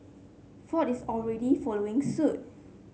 ford is already following suit